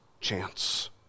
chance